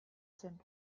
zen